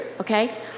okay